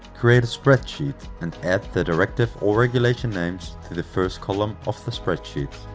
create a spreadsheet and add the directive or regulation names to the first column of the spreadsheet.